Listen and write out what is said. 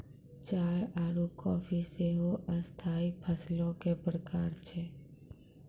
चाय आरु काफी सेहो स्थाई फसलो के प्रकार छै